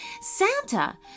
Santa